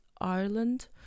Ireland